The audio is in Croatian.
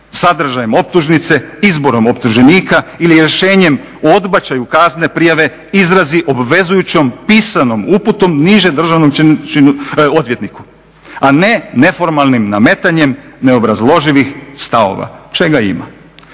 sadržajem optužnice, izborom optuženika ili rješenjem o odbačaju kazne prijave izrazi obvezujućom pisanom uputom nižem državnom odvjetniku, a ne neformalnim nametanjem neobrazloživih stavova, čega ima.